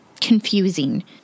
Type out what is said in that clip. confusing